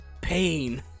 Pain